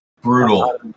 brutal